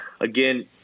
again